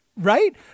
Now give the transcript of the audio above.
right